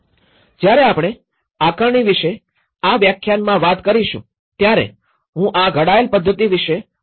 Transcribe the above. જ્યારે આપણે આકારણી વિશે આ વ્યાખ્યાન વાત કરીશું ત્યારે હું આ ઘડાયેલ પદ્ધતિ વિશે વર્ણવીશ